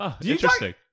Interesting